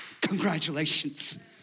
congratulations